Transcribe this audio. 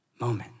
moment